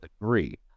agree